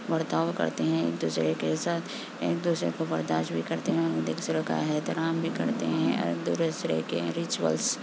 برتاؤ کرتے ہیں ایک دوسرے کے ساتھ ایک دوسرے کو برداشت بھی کرتے ہیں دوسرے کا احترام بھی کرتے ہیں ایک دوسرے کے ریچولس